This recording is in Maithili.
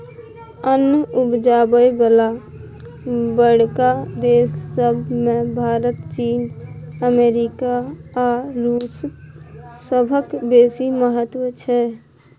अन्न उपजाबय बला बड़का देस सब मे भारत, चीन, अमेरिका आ रूस सभक बेसी महत्व छै